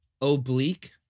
Oblique